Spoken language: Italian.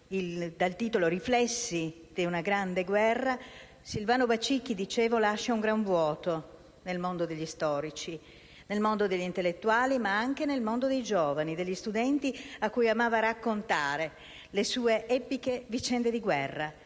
dal titolo «Riflessi di una Grande Guerra», lascia un grande vuoto nel mondo degli storici, degli intellettuali, ma anche nel mondo dei giovani e studenti, cui amava raccontare le sue epiche vicende di guerra,